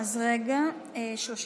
מכריזה על התוצאה: 31